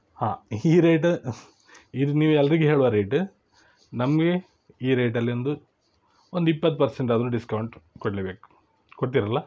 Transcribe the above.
ಹಾಂ ಈ ರೇಟ ಇದು ನೀವು ಎಲ್ಲರಿಗೆ ಹೇಳುವ ರೇಟ ನಮಗೆ ಈ ರೇಟಲ್ಲಿ ಒಂದು ಒಂದು ಇಪ್ಪತ್ತು ಪರ್ಸೆಂಟ್ ಆದ್ರೂ ಡಿಸ್ಕೌಂಟ್ ಕೊಡ್ಲೆಬೇಕು ಕೊಡ್ತಿರಲ್ಲಾ